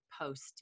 post